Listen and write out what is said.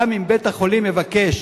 גם אם בית-החולים יבקש,